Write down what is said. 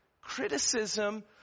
criticism